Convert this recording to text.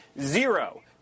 Zero